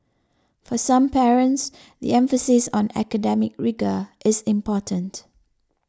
for some parents the emphasis on academic rigour is important